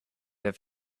have